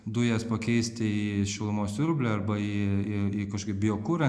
dujas pakeisti į šilumos siurblį arba į į į kažkokį biokurą